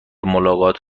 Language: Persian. ملاقات